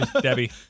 Debbie